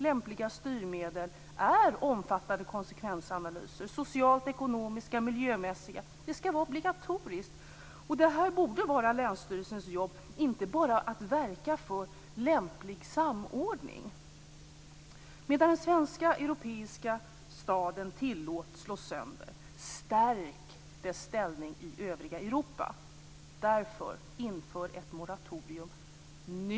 Lämpliga styrmedel är omfattande konsekvensanalyser, socialt, ekonomiskt och miljömässigt. Detta skall vara obligatoriskt. Det borde nämligen vara länsstyrelsens jobb att inte bara verka för lämplig samordning. Medan den europeiska staden tillåts slås sönder i Sverige stärks dess ställning i övriga Europa. Därför säger jag: Inför ett moratorium nu!